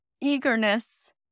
eagerness